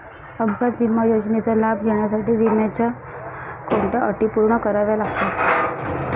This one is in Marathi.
अपघात विमा योजनेचा लाभ घेण्यासाठी विम्याच्या कोणत्या अटी पूर्ण कराव्या लागतात?